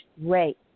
rate